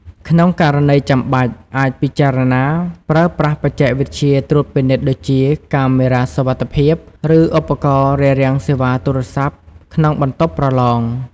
ក្នុងករណីចាំបាច់ អាចពិចារណាប្រើប្រាស់បច្ចេកវិទ្យាត្រួតពិនិត្យដូចជា កាមេរ៉ាសុវត្ថិភាព ឬឧបករណ៍រារាំងសេវាទូរស័ព្ទក្នុងបន្ទប់ប្រឡង។